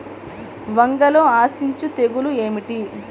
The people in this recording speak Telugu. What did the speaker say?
వంగలో ఆశించు తెగులు ఏమిటి?